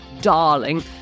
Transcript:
darling